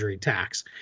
tax